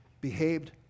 behaved